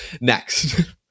next